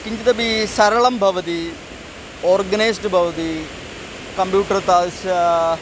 किञ्चिदपि सरलं भवति आर्गेनैस्ड् भवति कम्प्यूटर् तादृशम्